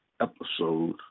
episode